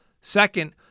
Second